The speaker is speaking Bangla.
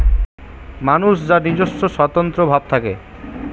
মানুষ যার নিজস্ব স্বতন্ত্র ভাব থাকে